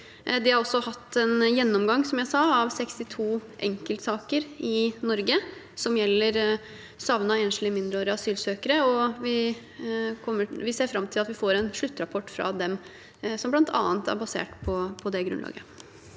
De har også hatt en gjennomgang, som jeg sa, av 62 enkeltsaker i Norge, som gjelder savnede enslige mindreårige asylsøkere. Vi ser fram til at vi får en sluttrapport fra dem som bl.a. er basert på det grunnlaget.